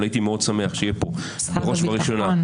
אבל הייתי מאוד שמח שיהיה פה בראש ובראשונה